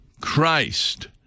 Christ